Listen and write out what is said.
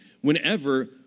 Whenever